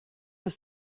have